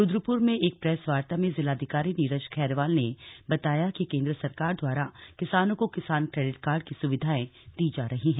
रुद्रपुर में एक प्रेस वार्ता में जिलाधिकारी नीरज खैरवाल ने बताया कि केंद्र सरकार द्वारा किसानों को किसान क्रेडिट कार्ड की सुविधाएं दी जा रही है